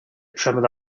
tremor